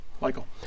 Michael